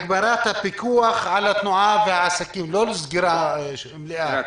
הגברת הפיקוח על התנועה והעסקים, לא סגירה מלאה.